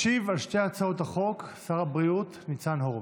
ישיב על שתי הצעות החוק שר הבריאות ניצן הורוביץ.